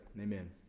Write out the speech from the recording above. Amen